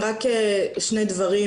שני דברים